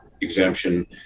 exemption